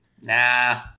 Nah